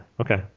okay